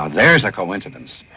um there's a coincidence.